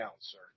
sir